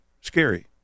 scary